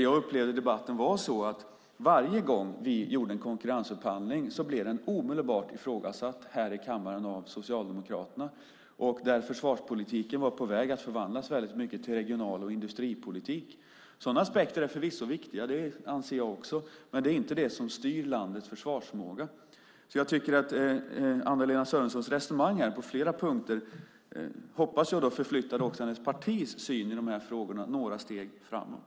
Jag upplevde debatten så att varje gång vi gjorde en konkurrensupphandling blev den omedelbart ifrågasatt här i kammaren av Socialdemokraterna. Försvarspolitiken var väldigt mycket på väg att förvandlas till regional och industripolitik. Sådana aspekter är förvisso viktiga - det anser jag också - men det är inte det som styr landets försvarsförmåga. Jag hoppas att Anna-Lena Sörensons resonemang på flera punkter här också ska förflytta hennes partis syn i de här frågorna några steg framåt.